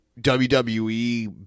WWE